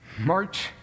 March